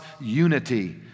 unity